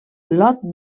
lot